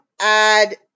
add